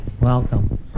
Welcome